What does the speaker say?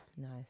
nice